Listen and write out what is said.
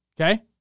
Okay